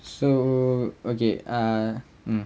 so okay ah mm